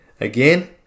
Again